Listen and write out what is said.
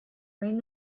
may